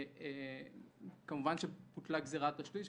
כמובן שבוטלה גזירת השליש,